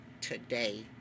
today